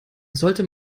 sollte